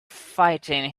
fighting